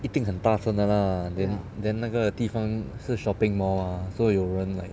一定很大声的 lah then then 那个地方是 shopping mall ah so 有人 like